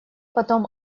потом